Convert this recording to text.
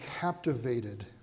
captivated